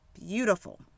Beautiful